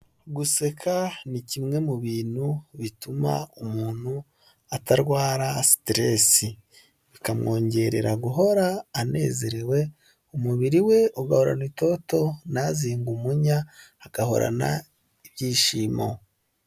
Guseka ni kimwe mu bintu bituma umuntu atarwara sitiresi, bikamwongerera guhora anezerewe, umubiri we ugahorana itoto ntazinge umunya agahorana ibyishimo.